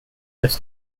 this